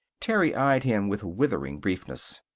terry eyed him with withering briefness.